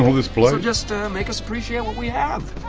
this blur. just make us appreciate what we have